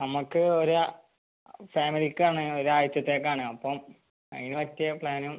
നമുക്ക് ഒരു ഫാമിലിക്കാണ് ഒരാഴ്ചത്തേക്കാണ് അപ്പം അതിന് പറ്റിയ പ്ലാനും